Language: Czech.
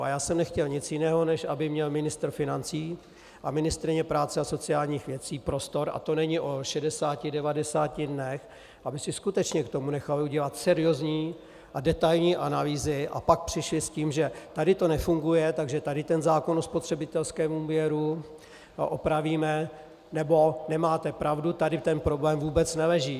A já jsem nechtěl nic jiného, než aby měl ministr financí a ministryně práce a sociálních věcí prostor, a to není o 60, 90 dnech, aby si skutečně k tomu nechali udělat seriózní a detailní analýzy, a pak přišli s tím, že tady to nefunguje, takže tady zákon o spotřebitelském úvěru opravíme, nebo nemáte pravdu, tady ten problém vůbec neleží.